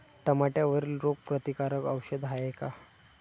टमाट्यावरील रोग प्रतीकारक औषध हाये का?